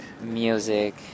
Music